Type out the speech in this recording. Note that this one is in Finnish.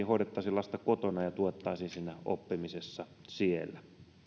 hoidettaisiin lasta kotona ja tuettaisiin siinä oppimisessa siellä